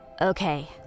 Okay